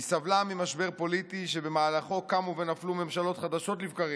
היא סבלה ממשבר פוליטי שבמהלכו קמו ונפלו ממשלות חדשות לבקרים.